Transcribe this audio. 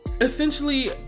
Essentially